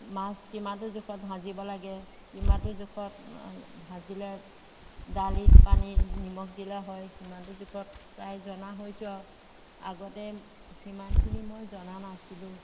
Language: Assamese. মাছ কিমানটো জোখত ভাজিব লাগে কিমানটো জোখত ভাজিলে দালিত পানী নিমখ দিলে হয় সিমানটো জোখত প্ৰায় জনা হৈছোঁ আৰু আগতে সিমানখিনি মই জনা নাছিলোঁ